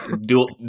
Dual